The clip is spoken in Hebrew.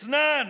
אתנן,